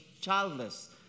childless